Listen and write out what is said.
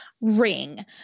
ring